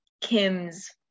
Kim's